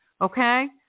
Okay